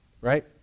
right